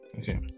Okay